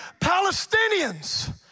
Palestinians